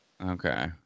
Okay